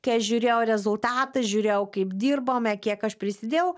kai aš žiūrėjau rezultatą žiūrėjau kaip dirbome kiek aš prisidėjau